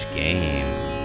game